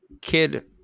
kid